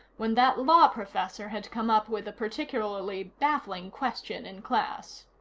when that law professor had come up with a particularly baffling question in class.